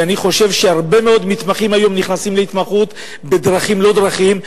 ואני חושב שהרבה מאוד מתמחים היום נכנסים להתמחות בדרכים לא דרכים,